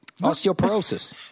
Osteoporosis